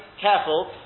careful